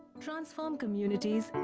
transform communities,